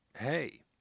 hey